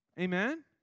Amen